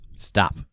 Stop